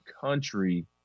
country